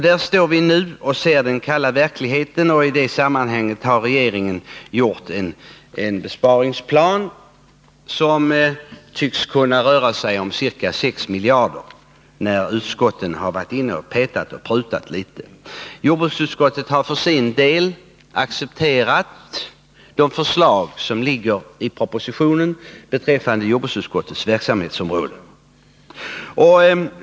Där står vi nu och ser den kalla verkligheten, och regeringen har gjort upp en sparplan som tycks kunna röra sig om ca 6 miljarder, när utskotten har prutat litet. Jordbruksutskottet har för sin del accepterat de förslag som ligger i propositionen beträffande jordbruksutskottets verksamhetsområde.